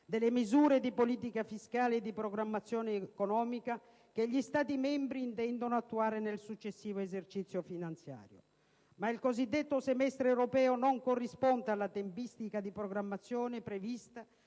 delle misure di politica fiscale e di programmazione economica che gli Stati membri intendono attuare nel successivo esercizio finanziario. Ma il cosiddetto semestre europeo non corrisponde alla tempistica di programmazione prevista